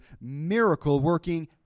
miracle-working